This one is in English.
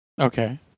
Okay